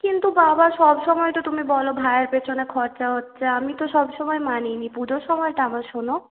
কিন্তু বাবা সবসময় তো তুমি বলো ভাইয়ের পিছনে খরচা হচ্ছে আমি তো সবসময় মানিয়ে নিই পুজোর সময়টা আমার শোনো